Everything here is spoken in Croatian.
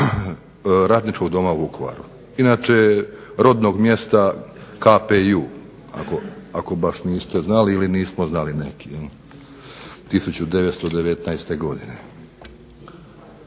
Radničkog doma u Vukovara, inače rodnog mjesta KPJ-u, ako baš niste znali ili nismo znali neki, 1919. godine.